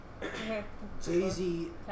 Jay-Z